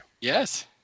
Yes